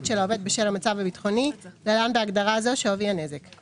של העובד בשל המצב הביטחוני (להלן בהגדרה זו שווי הנזק);